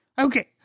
Okay